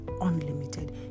unlimited